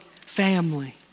family